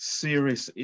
serious